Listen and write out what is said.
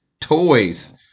toys